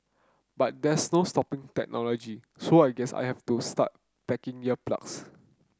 but there's no stopping technology so I guess I have to start packing ear plugs